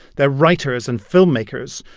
they're writers and filmmakers,